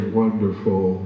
wonderful